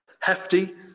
Hefty